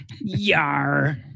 yar